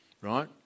right